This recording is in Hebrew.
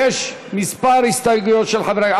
יש כמה הסתייגויות של חברי הכנסת.